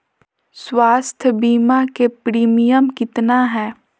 स्वास्थ बीमा के प्रिमियम कितना है?